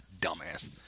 dumbass